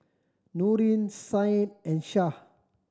Nurin Said and Syah